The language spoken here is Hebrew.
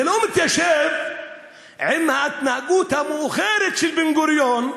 זה לא התיישב עם ההתנהגות המאוחרת של בן-גוריון,